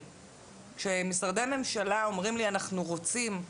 כשמשרדי ממשלה אומרים לי אנחנו רוצים,